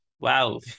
Wow